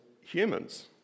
humans